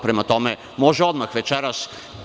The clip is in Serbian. Prema tome, može odmah večeras.